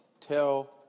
tell